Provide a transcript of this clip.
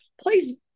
please